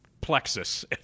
plexus